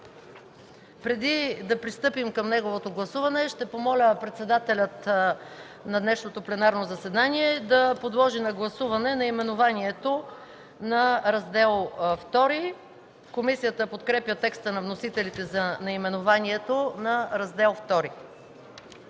Преди да пристъпим към неговото гласуване ще помоля председателя на днешното пленарно заседание да подложи на гласуване наименованието на Раздел ІІ. Комисията подкрепя текста на вносителите за наименованието на Раздел ІІ.